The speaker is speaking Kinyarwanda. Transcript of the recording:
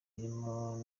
birimo